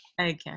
Okay